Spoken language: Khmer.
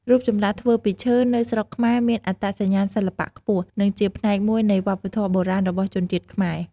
រូបចម្លាក់ធ្វើពីឈើ នៅស្រុកខ្មែរមានអត្តសញ្ញាណសិល្បៈខ្ពស់ និងជាផ្នែកមួយនៃវប្បធម៌បុរាណរបស់ជនជាតិខ្មែរ។